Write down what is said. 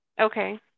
Okay